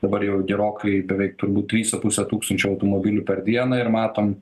dabar jau gerokai beveik turbūt trys su puse tūkstančio automobilių per dieną ir matom